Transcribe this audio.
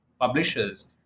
publishers